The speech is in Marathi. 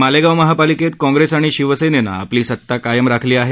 मालेगाव महापालिकेत काँप्रेस आणि शिवसेनेनं आपली सत्ता कायम राखली आहे